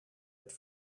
het